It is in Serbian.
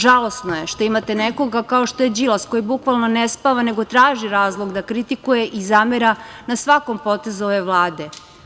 Žalosno je što imate nekoga kao što je Đilas, koji bukvalno ne spava, nego traži razlog da kritikuje i zamera na svakom potezu ove Vlade.